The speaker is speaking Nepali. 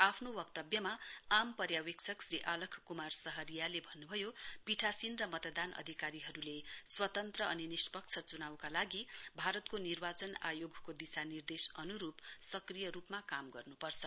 आफ्नो वक्तव्यम आम पर्यविक्षक श्री आलक कुमार सहारियाले भन्नु भयो पीठासीन र मतदान अधिकारीहरूले स्वतन्त्र अनि निष्पक्ष चुनाउका लागि भारतको निर्वाचन आयोगको दिशानिर्देश अनुरूप सक्रिय रूपमा काम गर्नु पर्छ